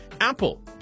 Apple